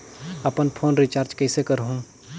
अपन phone recharge कइसे करहु?